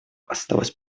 осталась